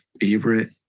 favorite